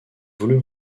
voulut